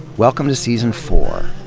welcome to season four.